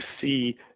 see